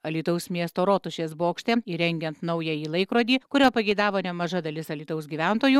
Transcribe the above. alytaus miesto rotušės bokšte įrengiant naująjį laikrodį kurio pageidavo nemaža dalis alytaus gyventojų